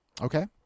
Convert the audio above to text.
Okay